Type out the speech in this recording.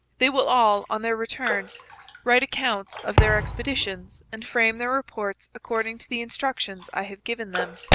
they will all on their return write accounts of their expeditions and frame their reports according to the instructions i have given them.